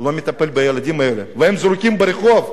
לא מטפל בילדים האלה, והם זרוקים ברחוב.